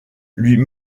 lui